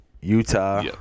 Utah